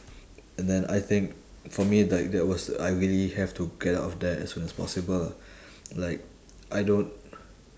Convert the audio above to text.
and then I think for me like that was the I really have to get out of there as soon as possible lah like I don't